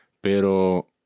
Pero